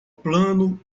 plano